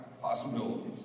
possibilities